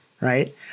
Right